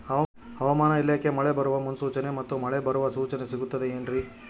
ಹವಮಾನ ಇಲಾಖೆ ಮಳೆ ಬರುವ ಮುನ್ಸೂಚನೆ ಮತ್ತು ಮಳೆ ಬರುವ ಸೂಚನೆ ಸಿಗುತ್ತದೆ ಏನ್ರಿ?